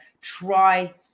try